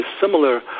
similar